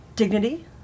Dignity